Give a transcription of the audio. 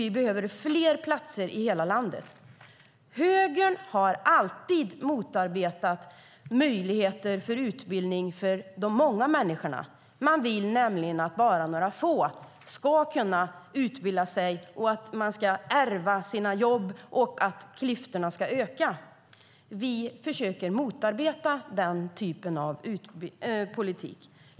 Vi behöver fler platser i hela landet. Högern har alltid motarbetat utbildningsmöjligheterna för de många människorna. De vill nämligen att bara några få ska kunna utbilda sig, de ska sedan ärva sina jobb och klyftorna ska öka. Vi försöker motarbeta den typen av politik.